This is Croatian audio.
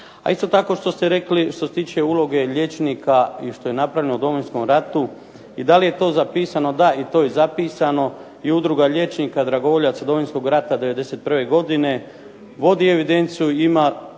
A isto tako što ste rekli što se tiče uloge liječnika i što je napravljeno u Domovinskom ratu i da li je to zapisano. Da, i to je zapisano. I Udruga liječnika dragovoljaca Domovinskog rata '91. godine vodi evidenciju, ima